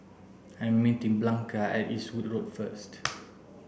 I'm meeting Blanca at Eastwood Road first